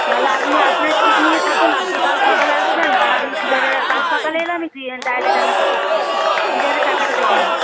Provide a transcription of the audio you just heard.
তাহলে আপনি আপনার জেদ নিয়ে থাকুন আপনি কাল সকালে আসবেন আর আমি গিজারের কাল সকালে এলে আমি গিজারের টাকাটা দেব না